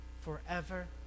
forever